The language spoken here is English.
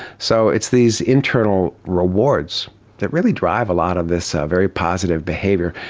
so it's these internal rewards that really drive a lot of this very positive behaviour,